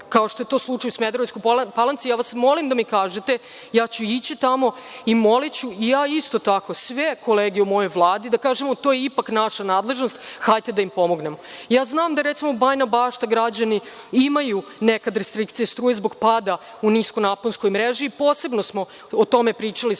kao što je to slučaj u Smederevskoj Palanci, ja vas molim da mi kažete, ja ću ići tamo i moliću i ja isto tako sve kolege u mojoj Vladi da kažemo – to je ipak naša nadležnost, hajde da im pomognemo. Znam da, recimo, građani Bajine Bašte imaju nekada restrikcije struje zbog pada u nisko naponskoj mreži i posebno smo o tome pričali sa